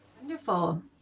wonderful